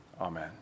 Amen